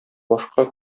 башка